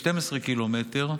12 ק"מ,